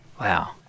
Wow